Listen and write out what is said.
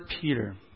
Peter